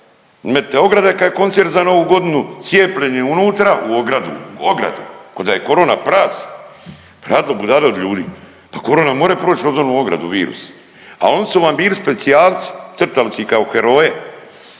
metite ograde kad je koncert za Novu godinu, cijepljeni unutra u ogradu, u ogradu ko da je korona prase, pa radilo budale od ljudi. Pa korona more proć kroz onu ogradu virus. A oni su vam bili specijalci crtali su ih kao heroje